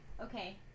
Okay